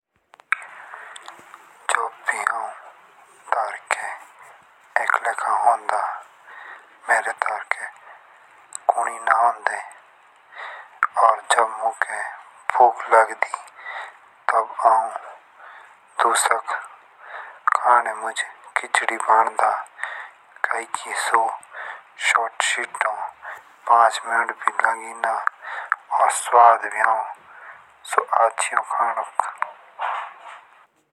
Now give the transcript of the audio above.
जब भी आऊँ धारके अकेले का होंदा। मेरे डरके कुड़ी ना होंदे और जब मुखी भूख लगदी तब आऊँ दुसाक खाने मुझ खिचड़ी बन्दा कै कि सो शॉर्ट चिटो। पाँच मिनट भी लगे ना और स्वाद भी हो सो अच्छी हो खाणक।